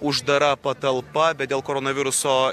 uždara patalpa bet dėl koronaviruso